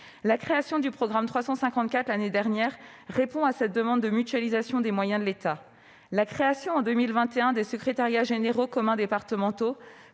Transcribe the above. La création du programme 354, l'année dernière, répond à cette demande de mutualisation des moyens de l'État. La création, en 2021, de secrétariats généraux communs départementaux